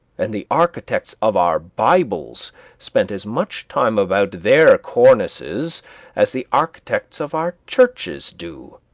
and the architects of our bibles spent as much time about their cornices as the architects of our churches do?